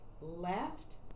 left